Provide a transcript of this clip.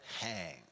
hang